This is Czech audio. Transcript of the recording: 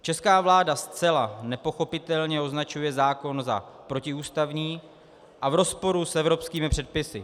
Česká vláda zcela nepochopitelně označuje zákon za protiústavní a v rozporu s evropskými předpisy.